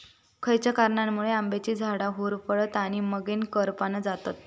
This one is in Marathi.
खयच्या कारणांमुळे आम्याची झाडा होरपळतत आणि मगेन करपान जातत?